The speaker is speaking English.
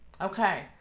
Okay